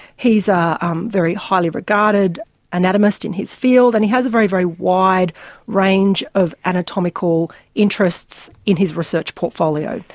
he's a um um very highly regarded anatomist in his field and he has a very, very wide range of anatomical interest in his research portfolio.